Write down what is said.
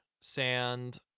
sand